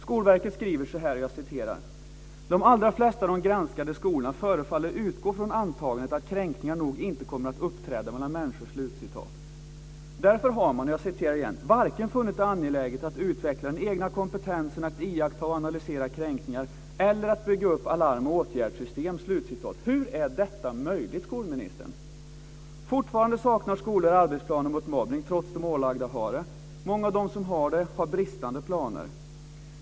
Skolverket skriver: "De allra flesta av de granskade skolorna förefaller utgå från antagandet att kränkningar nog inte kommer att uppträda mellan människor." Därför har man "varken funnit det angeläget att utveckla den egna kompetensen att iaktta och analysera kränkningar eller att bygga upp alarm och åtgärdssystem." Hur är detta möjligt, skolministern? Fortfarande saknar skolor arbetsplaner mot mobbning trots att de är ålagda att ha det. Många av dem som har det har bristande planer.